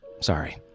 Sorry